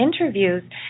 interviews